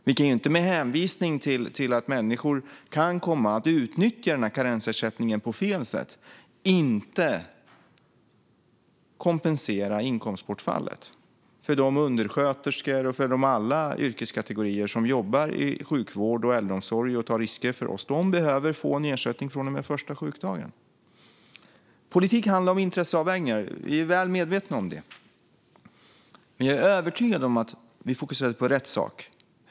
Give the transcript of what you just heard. Vi kan inte med hänvisning till att människor kan komma att utnyttja denna karensersättning på fel sätt låta bli att kompensera inkomstbortfallet för undersköterskor och alla yrkeskategorier som jobbar i sjukvård och äldreomsorg och tar risker för oss. De behöver få en ersättning från och med den första sjukdagen. Politik handlar om intresseavvägningar. Vi är väl medvetna om det. Men jag är övertygad om att vi fokuserar på rätt sak.